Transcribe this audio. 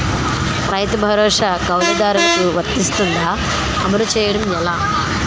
రైతు భరోసా కవులుదారులకు వర్తిస్తుందా? అమలు చేయడం ఎలా